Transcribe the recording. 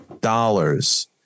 dollars